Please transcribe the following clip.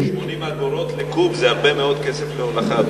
80 אגורות לקוב זה הרבה מאוד כסף להולכה,